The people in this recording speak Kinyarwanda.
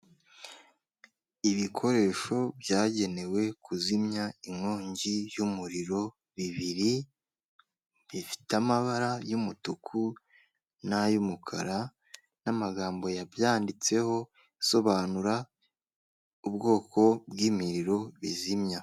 Ibikoresho byagenewe kuzimya inkongi y'umuriro bibiri, bifite amabara y'umutuku n'ay'umukara n'amagambo yabyanditseho asobanura ubwoko bw'imiriro bizimya.